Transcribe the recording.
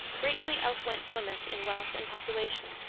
greatly outwent plymouth in wealth and population,